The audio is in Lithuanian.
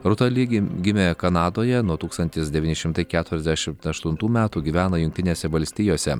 rūta li gimė kanadoje nuo tūkstantis devyni šimtai keturiasdešimt aštuntų metų gyvena jungtinėse valstijose